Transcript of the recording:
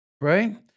right